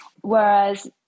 Whereas